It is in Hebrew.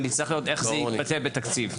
ונצטרך לראות איך זה יתבטא בתקציב.